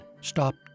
stopped